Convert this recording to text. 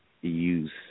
use